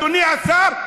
אדוני השר,